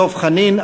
דב חנין,